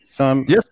Yes